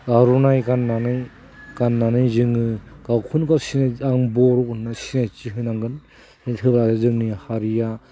आर'नाइ गाननानै गाननानै जोङो गावखौनो गाव सिनायथि आं बर' होननानै सिनायथि होनांगोन इनिफ्राय जेब्ला जोंनि हारिया